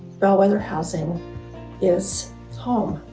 bellwether housing is home.